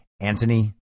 Anthony